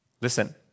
Listen